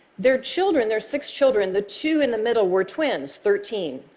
their children, their six children, the two in the middle were twins, thirteen,